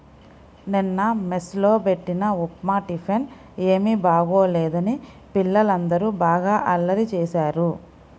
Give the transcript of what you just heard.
నిన్న మెస్ లో బెట్టిన ఉప్మా టిఫిన్ ఏమీ బాగోలేదని పిల్లలందరూ బాగా అల్లరి చేశారు